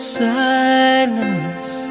silence